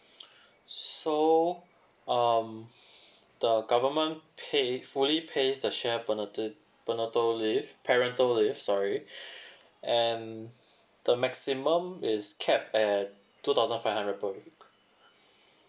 so um the government pay fully pay the shared panatal panatal parental leave sorry and the maximum is capped at two thousand five hundred per